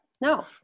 No